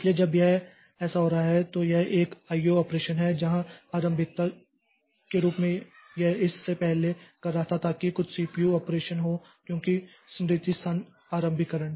इसलिए जब यह ऐसा कर रहा है तो यह एक आईओ ऑपरेशन है जहां आरंभिकता के रूप में यह इस से पहले कर रहा था ताकि कुछ सीपीयू ऑपरेशन हो क्योंकि स्मृति स्थान आरंभीकरण